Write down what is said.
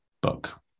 book